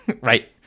Right